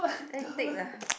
then you take the